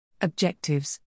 Objectives